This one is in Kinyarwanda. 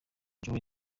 joe